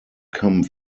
come